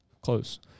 Close